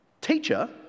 Teacher